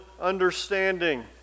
understanding